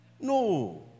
no